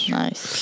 nice